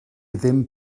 ddim